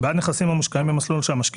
בעד נכסים המושקעים במסלול שהמשקיע